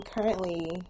currently